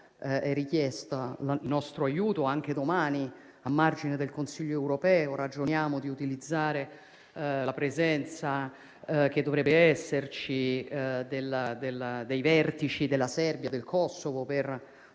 è richiesto il nostro aiuto. Anche domani, a margine del Consiglio europeo, ragioneremo di utilizzare la presenza (che dovrebbe esserci) dei vertici della Serbia e del Kosovo per